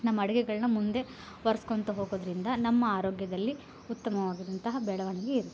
ನಮ್ಮ ಅಡಿಗೆಗಳನ್ನ ಮುಂದೆ ವರ್ಸ್ಕೊಳ್ತಾ ಹೋಗೊದರಿಂದ ನಮ್ಮ ಆರೋಗ್ಯದಲ್ಲಿ ಉತ್ತಮವಾಗಿಂತಹ ಬೆಳವಣಿಗೆ ಇರುತ್ತೆ